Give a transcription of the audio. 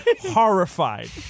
horrified